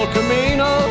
Camino